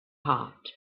heart